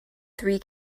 three